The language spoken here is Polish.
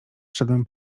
szedłem